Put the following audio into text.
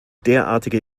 derartige